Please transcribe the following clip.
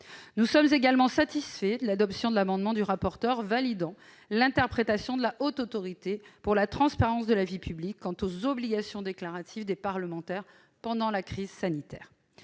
Nous sommes également satisfaits de l'adoption de l'amendement du rapporteur validant l'interprétation de la Haute Autorité pour la transparence de la vie publique quant aux obligations déclaratives s'imposant aux parlementaires pendant la crise sanitaire.